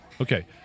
okay